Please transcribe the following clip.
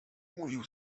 mówił